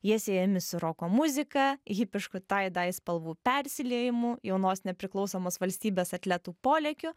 jie siejami su roko muzika hipišku taidai spalvų persiliejimu jaunos nepriklausomos valstybės atletų polėkiu